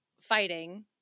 fighting